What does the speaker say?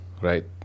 right